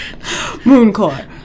Mooncore